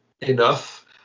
enough